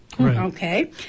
Okay